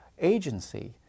agency